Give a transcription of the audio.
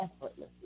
effortlessly